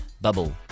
Bubble